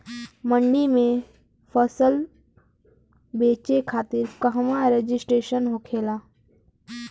मंडी में फसल बेचे खातिर कहवा रजिस्ट्रेशन होखेला?